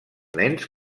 nens